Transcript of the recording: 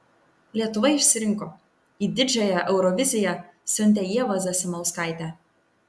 lietuva išsirinko į didžiąją euroviziją siuntė ievą zasimauskaitę